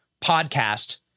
podcast